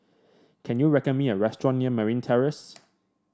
can you me a restaurant near Marine Terrace